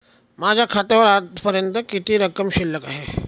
माझ्या खात्यावर आजपर्यंत किती रक्कम शिल्लक आहे?